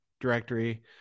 directory